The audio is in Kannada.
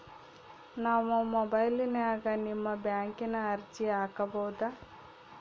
ನಾವು ಮೊಬೈಲಿನ್ಯಾಗ ನಿಮ್ಮ ಬ್ಯಾಂಕಿನ ಅರ್ಜಿ ಹಾಕೊಬಹುದಾ?